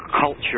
culture